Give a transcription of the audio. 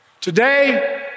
Today